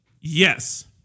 Yes